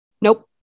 Nope